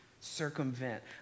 circumvent